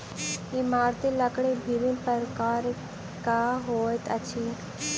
इमारती लकड़ी विभिन्न प्रकारक होइत अछि